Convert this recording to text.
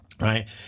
Right